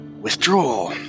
withdraw